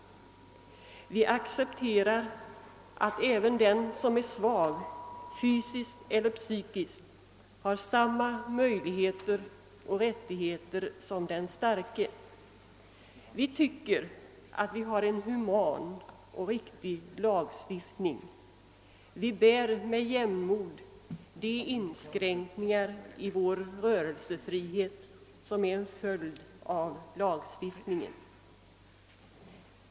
Vi accepterar att även den som är svag, fysiskt elier psykiskt, skall ha samma möjligheter och rättigheter som den starke. Vi tycker att vi har en human och riktig lagstiftning. Vi bär med jämnmod de inskränkningar i vår rörelsefrihet som är en följd av lagstiftningen.